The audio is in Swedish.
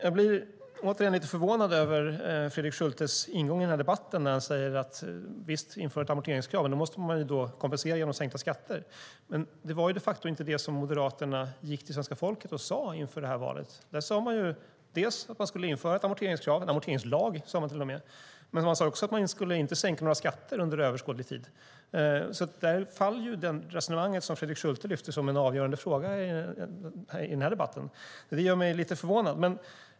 Jag blir återigen lite förvånad över Fredrik Schultes ingång i debatten när han säger att man visst kan införa ett amorteringskrav, men då måste man kompensera genom sänkta skatter. Men det var de facto inte det som Moderaterna gick till svenska folket och sa inför valet. Då sa man dels att man skulle införa ett amorteringskrav - till och med en amorteringslag - dels att man inte skulle sänka några skatter under överskådlig tid. Där faller det resonemang som Fredrik Schulte lyfter fram som en avgörande fråga i den här debatten. Det gör mig lite förvånad.